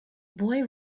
boy